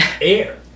air